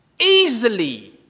easily